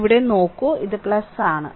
ഇവിടെ നോക്കൂ ആണ്